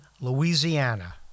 Louisiana